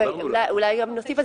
אולי כדאי להוסיף,